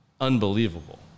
unbelievable